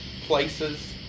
places